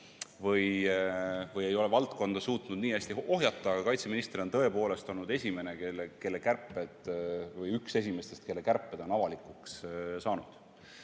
või ei ole suutnud valdkonda nii hästi ohjata, aga kaitseminister on tõepoolest olnud esimene või üks esimestest, kelle kärped on avalikuks saanud.